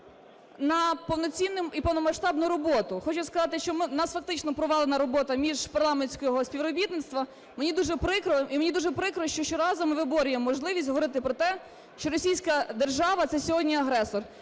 на повноцінну і повномасштабну роботу. Хочу сказати, що у нас фактично провалена робота міжпарламентського співробітництва, мені дуже прикро. І мені дуже прикро, що щоразу ми виборюємо можливість говорити про те, що Російська держава – це сьогодні агресор.